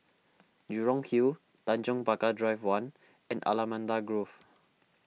Jurong Hill Tanjong Pagar Drive one and Allamanda Grove